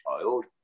child